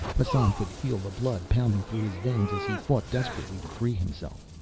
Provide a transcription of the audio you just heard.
massan could feel the blood pounding through his veins as he fought desperately to free himself.